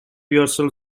yourself